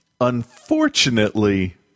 unfortunately